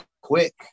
quick